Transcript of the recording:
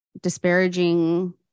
disparaging